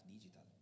digital